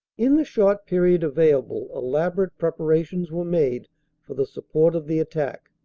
in the short period available elaborate preparations were made for the support of the attack.